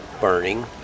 burning